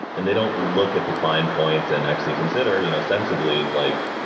and they don't look at defined points and actually consider you know sensibly like,